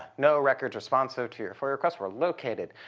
no records responsive to your foia request were located.